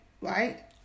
right